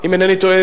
אם אינני טועה,